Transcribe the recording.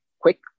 quick